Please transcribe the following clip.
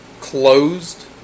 closed